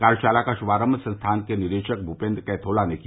कार्यशाला का शुभारम्भ संस्थान के निदेशक भूपेन्द्र कैथोला ने किया